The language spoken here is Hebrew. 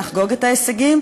נחגוג את ההישגים,